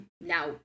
now